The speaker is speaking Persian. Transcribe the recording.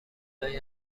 لای